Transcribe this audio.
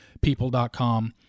people.com